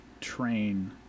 train